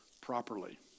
properly